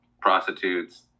prostitutes